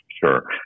Sure